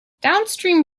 downstream